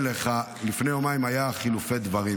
לפני יומיים היו חילופי דברים,